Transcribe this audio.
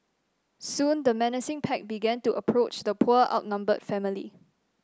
soon the menacing pack began to approach the poor outnumbered family